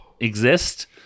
exist